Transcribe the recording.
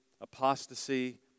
apostasy